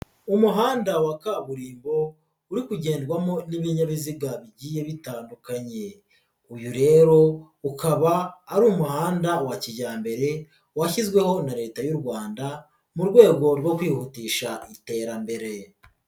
Umuhanda wa kaburimbo uri kugendwamo n'ibinyabiziga bigiye bitandukanye, uyu rero ukaba ari umuhanda wa kijyambere washyizweho na Leta y'u Rwanda mu rwego rwo kwihutisha iterambere.